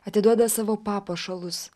atiduoda savo papuošalus